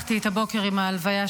ממני,